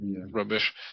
rubbish